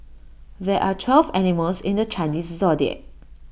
there are twelve animals in the Chinese Zodiac